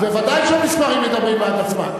ודאי שהמספרים מדברים בעד עצמם.